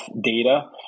data